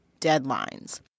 deadlines